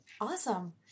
awesome